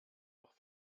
noch